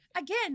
again